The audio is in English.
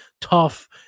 tough